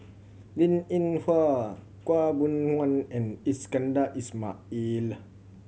Linn In Hua Khaw Boon Wan and Iskandar Ismail